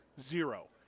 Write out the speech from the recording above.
Zero